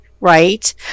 right